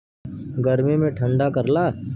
गर्मी मे ठंडा करला